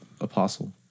Apostle